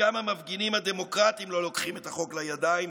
המפגינים הדמוקרטים לא לוקחים את החוק לידיים,